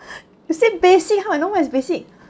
you say basic how I know what is basic